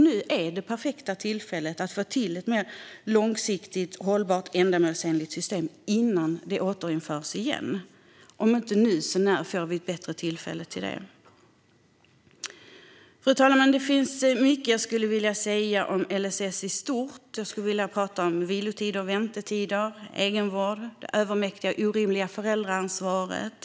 Nu är ett perfekt tillfälle att få till ett mer långsiktigt, hållbart och ändamålsenligt system innan tvåårsomprövningarna återinförs. När får vi ett bättre tillfälle till detta än nu? Fru talman! Det finns mycket jag skulle vilja säga om LSS i stort. Jag skulle vilja tala om vilotider och väntetider, egenvård och det övermäktiga och orimliga föräldraansvaret.